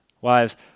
wives